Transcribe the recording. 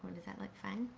does that look fun?